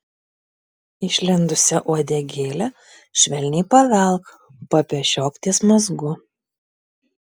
išlindusią uodegėlę švelniai pavelk papešiok ties mazgu